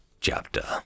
chapter